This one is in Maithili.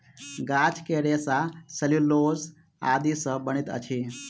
गाछ के रेशा सेल्यूलोस आदि सॅ बनैत अछि